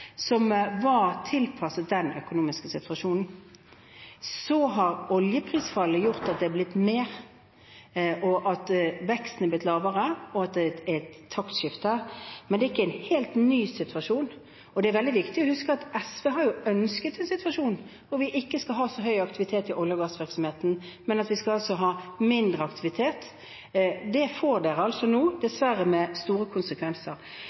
som var tilpasset den økonomiske situasjonen. Så har oljeprisfallet gjort at det er blitt mer, at veksten er blitt lavere, og at det er et taktskifte, men det er ikke en helt ny situasjon. Og det er veldig viktig å huske at SV har ønsket denne situasjonen, hvor vi ikke skal ha så høy aktivitet i olje- og gassvirksomheten, men ha mindre aktivitet. Det får de altså nå, dessverre med store konsekvenser.